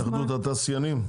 התאחדות התעשיינים.